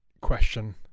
question